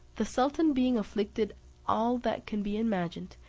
the sultan being afflicted all that can be imagined,